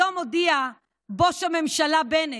היום הודיע בוש הממשלה בנט: